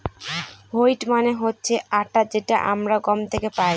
wheat মানে হচ্ছে আটা যেটা আমরা গম থেকে পাই